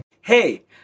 Hey